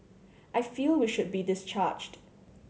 I feel we should be discharged